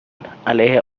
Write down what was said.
علیه